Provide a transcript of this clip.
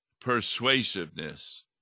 persuasiveness